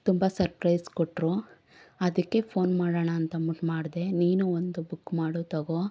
ತುಂಬ ಸರ್ಪ್ರೈಸ್ ಕೊಟ್ಟರು ಅದಕ್ಕೆ ಫೋನ್ ಮಾಡೋಣ ಅಂತಂದ್ಬಿಟ್ಟು ಮಾಡಿದೆ ನೀನು ಒಂದು ಬುಕ್ ಮಾಡು ತೊಗೋ